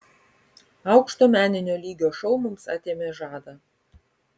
aukšto meninio lygio šou mums atėmė žadą